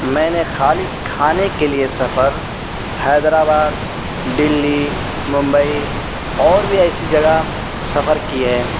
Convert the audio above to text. میں نے خالص کھانے کے لیے سفر حیدرآباد ڈلی ممبئی اور بھی ایسی جگہ سفر کیے ہیں